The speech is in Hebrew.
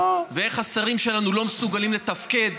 ואיך השרים שלנו לא מסוגלים לתפקד,